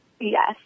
Yes